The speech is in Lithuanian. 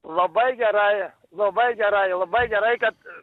labai gerai labai gerai labai gerai kad